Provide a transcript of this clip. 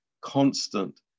constant